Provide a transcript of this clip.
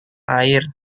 air